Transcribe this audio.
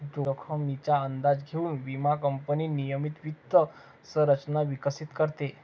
जोखमीचा अंदाज घेऊन विमा कंपनी नियमित वित्त संरचना विकसित करते